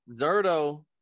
Zerto